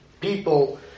people